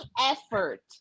effort